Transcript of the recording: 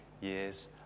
years